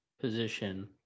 position